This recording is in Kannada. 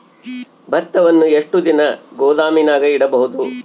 ಭತ್ತವನ್ನು ಎಷ್ಟು ದಿನ ಗೋದಾಮಿನಾಗ ಇಡಬಹುದು?